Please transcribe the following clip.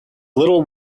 little